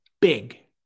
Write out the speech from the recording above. big